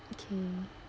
okay